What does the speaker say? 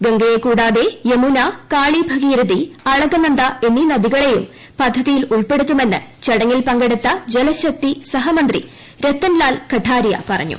ഗംഗയെ കൂടാതെ യമുന കാളി ട്ട്ഗീരഥി അളകനന്ദ എന്നീ നദികളേയും പദ്ധതിയിൽ ഉൾപ്പെട്ടുത്തുമെന്ന് ചടങ്ങിൽ പങ്കെടുത്ത ജലശക്തി സഹമന്ത്രി രത്തൻലൂാൽ കട്ടാരിയ പറഞ്ഞു